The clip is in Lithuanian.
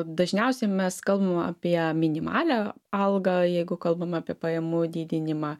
dažniausiai mes kalbam apie minimalią algą jeigu kalbam apie pajamų didinimą